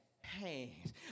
hands